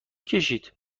کشید